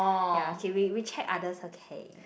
ya okay we we check others okay